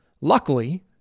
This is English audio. luckily